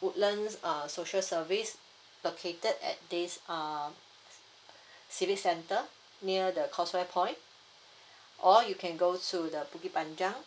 woodlands uh social service located at this err civic centre near the causeway point or you can go to the bukit panjang